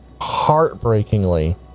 heartbreakingly